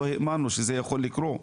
לא האמנו שזה יכול לקרות.